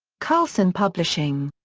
carlson publishing.